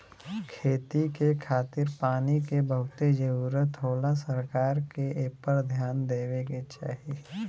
खेती के खातिर पानी के बहुते जरूरत होला सरकार के एपर ध्यान देवे के चाही